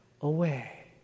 Away